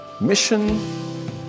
mission